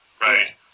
Right